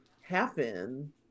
happen